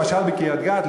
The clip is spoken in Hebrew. למשל בקריית-גת,